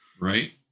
right